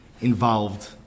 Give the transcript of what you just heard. involved